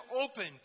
open